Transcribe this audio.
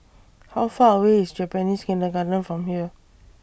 How Far away IS Japanese Kindergarten from here